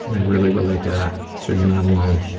i really relate to that, so you're not alone.